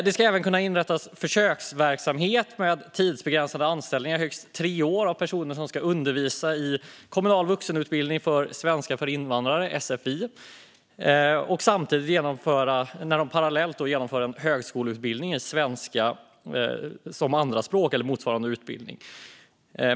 Det ska även kunna inrättas försöksverksamhet med tidsbegränsad anställning i högst tre år av personer som ska undervisa inom kommunal vuxenutbildning i svenska för invandrare, sfi, medan de parallellt genomgår en högskoleutbildning i svenska som andraspråk eller motsvarande utbildning.